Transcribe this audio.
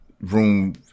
room